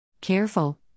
Careful